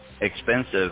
expensive